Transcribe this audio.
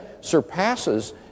surpasses